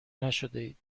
نشدهاید